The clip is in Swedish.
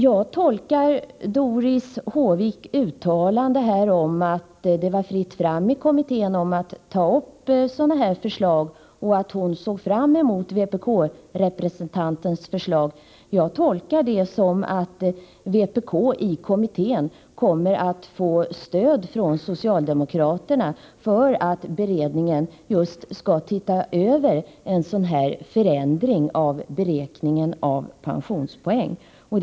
Jag tolkar Doris Håviks uttalande här om att det var fritt fram i kommittén att ta upp sådana här förslag och om att hon såg fram emot vpkrepresentantens förslag så, att vpk i kommittén kommer att få stöd från socialdemokraterna när det gäller att få beredningen att se över förslagen om just en sådan här förändring av beräkningen av pensionspoängen.